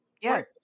Yes